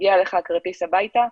מגיע אליך הכרטיס הביתה,